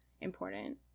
important